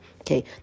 okay